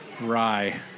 Rye